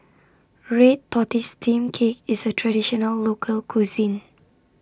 Red Tortoise Steamed Cake IS A Traditional Local Cuisine